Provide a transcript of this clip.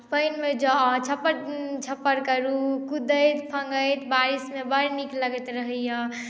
पानिमे जाउ छपर छपर करू कुदैत फनैत बारिशमे बड नीक लगैत रहैए